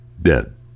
dead